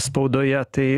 spaudoje tai